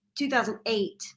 2008